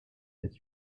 its